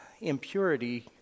impurity